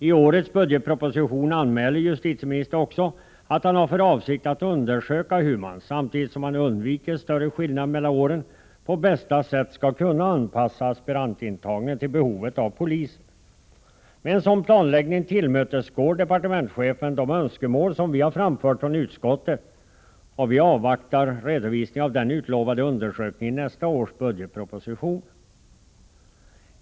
I årets budgetproposition anmäler också justitieministern att han har för avsikt att undersöka hur man — samtidigt som man undviker större skillnader mellan åren — på bästa sätt skall kunna anpassa aspirantintagningen till behovet av poliser. Med en sådan planläggning tillmötesgår departementschefen de önskemål som vi har framfört från utskottet, och vi avvaktar redovisningen av den utlovade undersökningen i nästa års budgetproposition.